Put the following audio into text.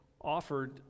offered